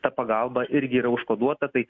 ta pagalba irgi yra užkoduota tai